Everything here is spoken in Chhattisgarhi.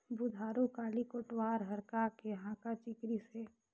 बुधारू काली कोटवार हर का के हाँका चिकरिस हे?